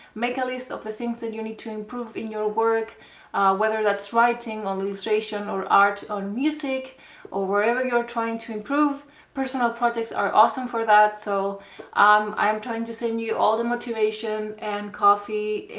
make a list of the things that and you need to improve in your work whether that's writing or illustration or art or music or whatever you're trying to improve personal projects are awesome for that so um i am trying to send you all the motivation and coffee aaaaand.